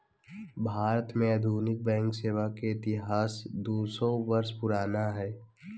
भारत में आधुनिक बैंक सेवा के इतिहास दू सौ वर्ष पुराना हइ